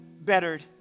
bettered